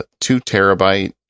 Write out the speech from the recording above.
two-terabyte